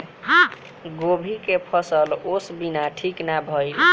गोभी के फसल ओस बिना ठीक ना भइल